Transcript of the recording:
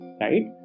right